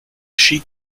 she